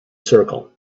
circle